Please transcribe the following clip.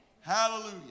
Hallelujah